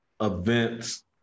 events